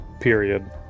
period